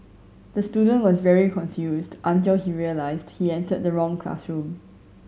the student was very confused until he realised he entered the wrong classroom